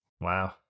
Wow